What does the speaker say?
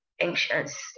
anxious